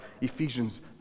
Ephesians